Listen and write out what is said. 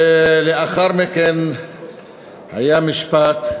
ולאחר מכן היה משפט,